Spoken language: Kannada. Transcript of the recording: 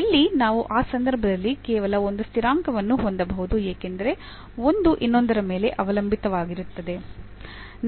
ಇಲ್ಲಿ ನಾವು ಆ ಸಂದರ್ಭದಲ್ಲಿ ಕೇವಲ ಒಂದು ಸ್ಥಿರಾಂಕವನ್ನು ಹೊಂದಬಹುದು ಏಕೆಂದರೆ ಒಂದು ಇನ್ನೊಂದರ ಮೇಲೆ ಅವಲಂಬಿತವಾಗಿದ್ದರೆ